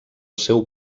seu